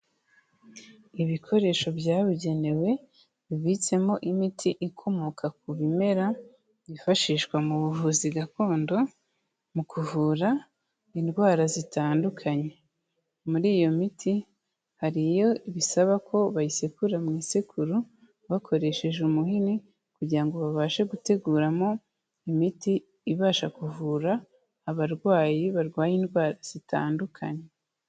Ibikoresho byabugenewe bibitsemo imiti ikomoka ku bimera, byifashishwa mu buvuzi gakondo mu kuvura indwara zitandukanye, muri iyo miti hari iyo bisaba ko bayisekura mu isekuro, bakoresheje umuhini kugira ngo babashe guteguramo imiti ibasha kuvura abarwayi, barwaye indwara zitandukanye.